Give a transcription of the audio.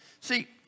see